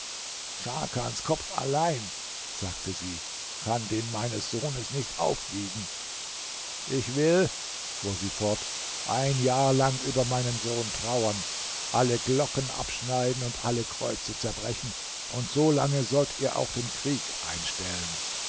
scharkans kopf allein sagte sie kann den meines sohnes nicht aufwiegen ich will fuhr sie fort ein jahr lang über meinen sohn trauern alle glocken abschneiden und alle kreuze zerbrechen und solange sollt ihr auch den krieg einstellen